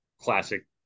classic